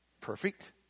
perfect